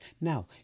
Now